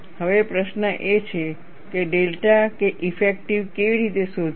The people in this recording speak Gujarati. હવે પ્રશ્ન એ છે કે ડેલ્ટા કે ઇફેક્ટિવ કેવી રીતે શોધવી